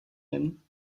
him